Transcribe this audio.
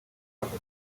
afate